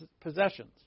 possessions